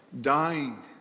dying